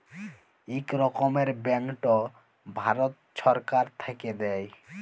ইক রকমের ব্যাংকট ভারত ছরকার থ্যাইকে দেয়